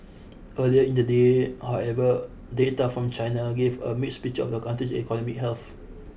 earlier in the day however data from China gave a mixed picture of the country's economic health